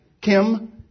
Kim